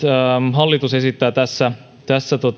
hallitus esittää tässä tässä